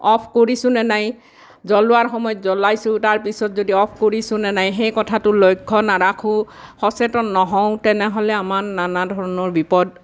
of কৰিছোঁনে নাই জ্বলোৱাৰ সময়ত জ্বলাইছোঁ তাৰপিছত যদি অফ কৰিছোঁনে নাই সেই কথাটো লক্ষ্য নাৰাখোঁ সচেতন নহওঁ তেনেহ'লে আমাৰ নানা ধৰণৰ বিপদ